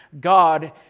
God